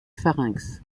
pharynx